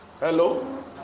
Hello